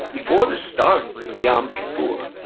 before the start of yom kippur.